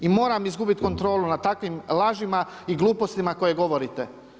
I moram izgubiti kontrolu nad takvim lažima i glupostima koje govorite.